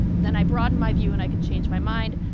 then i broadened my view, and i could change my mind.